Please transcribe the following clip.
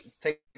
Take